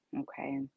okay